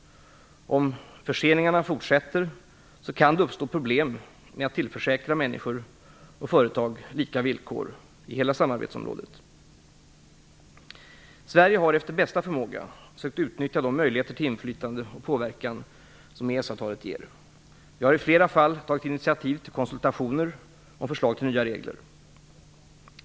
Om förseningarna fortsätter kan det uppstå problem med att tillförsäkra människor och företag lika villkor i hela samarbetsområdet. Sverige har efter bästa förmåga sökt utnyttja de möjligheter till inflytande och påverkan som EES avtalet ger. Vi har i flera fall tagit initiativ till konsultationer om förslag till nya regler.